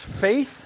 Faith